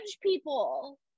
people